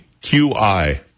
Q-I